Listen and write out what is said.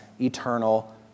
eternal